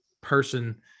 person